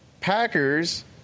Packers